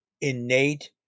innate